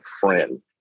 friend